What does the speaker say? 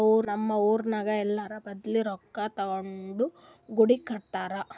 ನಮ್ ಊರಾಗ್ ಎಲ್ಲೋರ್ ಬಲ್ಲಿ ರೊಕ್ಕಾ ತಗೊಂಡೇ ಗುಡಿ ಕಟ್ಸ್ಯಾರ್